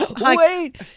Wait